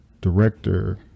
director